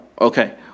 okay